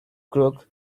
crook